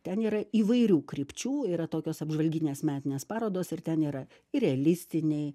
ten yra įvairių krypčių yra tokios apžvalginės metinės parodos ir ten yra ir realistiniai